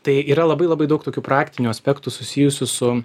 tai yra labai labai daug tokių praktinių aspektų susijusių su